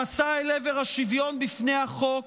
המסע אל עבר השוויון בפני החוק